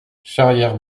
charrière